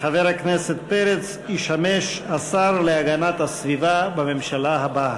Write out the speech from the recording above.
חבר הכנסת פרץ ישמש השר להגנת הסביבה בממשלה הבאה.